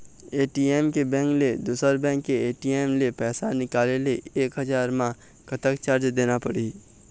ATM के bank ले दुसर बैंक के ए.टी.एम ले पैसा निकाले ले एक हजार मा कतक चार्ज देना पड़ही?